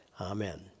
Amen